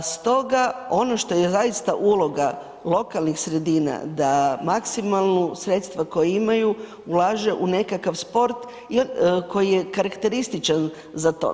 Stoga ono što je zaista uloga lokalnih sredina da maksimalno sredstva koja imaju ulaže u nekakav sport koji je karakterističan za to.